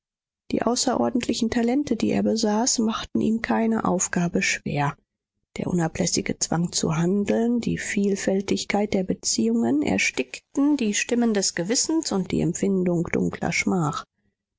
die außerordentlichen talente die er besaß machten ihm keine aufgabe schwer der unablässige zwang zu handeln die vielfältigkeit der beziehungen erstickten die stimmen des gewissens und die empfindung dunkler schmach